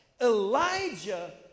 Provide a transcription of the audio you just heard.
Elijah